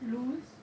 lose